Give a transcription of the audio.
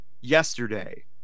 yesterday